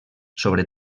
sobre